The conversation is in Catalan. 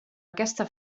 aquesta